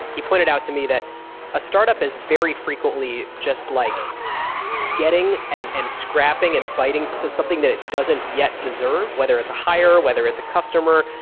he pointed out to me that a startup is very frequently just like getting, and and scrapping, and biting. it's something that doesn't yet deserve. whether it's a higher, whether it's a customer.